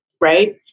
Right